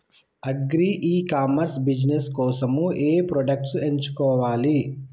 Agri e commerce business కోసము ఏ products ఎంచుకోవాలి?